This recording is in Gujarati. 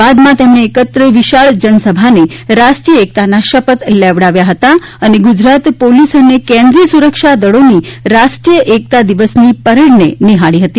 બાદમાં તેમણે એકત્ર વિશાળ જનસભાને રાષ્ટ્રીય એકતાના શપથલેવડાવ્યા હતા અને ગુજરાત પોલીસ અને કેન્દ્રિય સુરક્ષાદળોની રાષ્ટ્રીય એકતા દિવસનીપરેડને પણ નિફાળી હતી